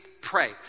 pray